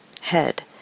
head